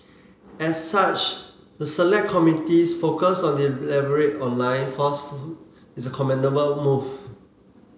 as such the select committee's focus on the deliberate online is a commendable move